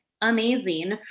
amazing